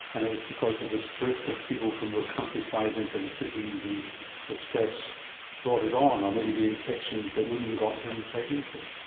and it was because of this drift of people from the countryside into the cities and the stress brought it on, or maybe the infections that women got during pregnancy.